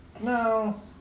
No